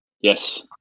Yes